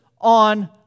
on